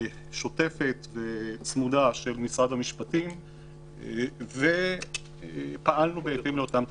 שוטפת וצמודה של משרד המשפטים ופעלנו בהתאם לאותן תקנות.